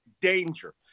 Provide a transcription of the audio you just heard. danger